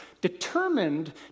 determined